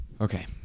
Okay